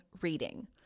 reading